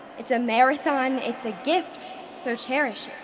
it's a marathon, it's a gift, so cherish it.